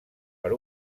per